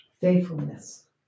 Faithfulness